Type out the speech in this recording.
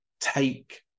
take